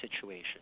situation